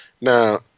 Now